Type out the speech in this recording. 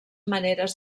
maneres